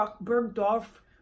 Bergdorf